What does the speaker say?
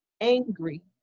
angry